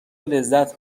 لذت